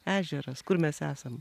ežeras kur mes esam